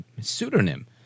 pseudonym